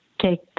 take